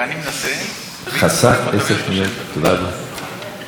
חבר הכנסת גליק, אתה תקבל את עשר השניות ל"מתוקים"